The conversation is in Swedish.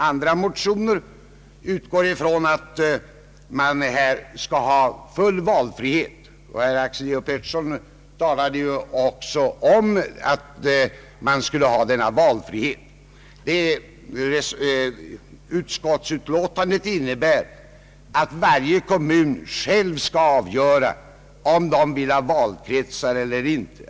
Andra motioner utgår ifrån att man skall ha full valfrihet på denna punkt, och herr Axel Georg Pettersson talade också för denna valfrihet. Utskottets förslag innebär att varje kommun själv skall avgöra om den vill göra en uppdelning på valkretsar eller inte.